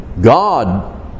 God